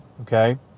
Okay